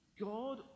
God